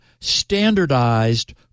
standardized